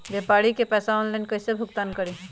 व्यापारी के पैसा ऑनलाइन कईसे भुगतान करी?